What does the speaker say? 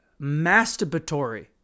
masturbatory